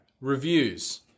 reviews